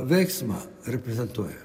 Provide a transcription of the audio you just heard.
veiksmą reprezentuoja